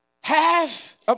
Half